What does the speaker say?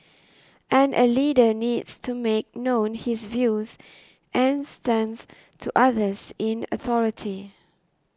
and a leader needs to make known his views and stance to others in authority